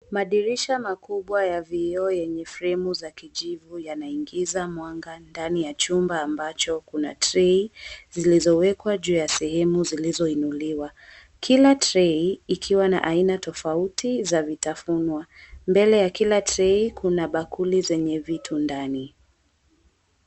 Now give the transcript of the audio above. Madirisha makubwa ya vioo yenye fremu za kijivu yanaingiza mwanga ndani ya chumba ambacho kuna trei zilizowekwa juu ya sehemu zilizoinuliwa kila trei ikiwa na aina tofauti za vitafunio. Mbele ya kila trei kuna bakuli zenye vitu ndani.